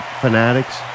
fanatics